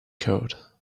code